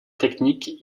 technique